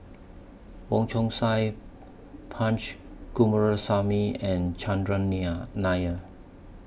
Wong Chong Sai Punch Coomaraswamy and Chandran Nair Nair